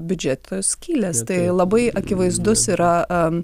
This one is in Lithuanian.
biudžeto skylės tai labai akivaizdus yra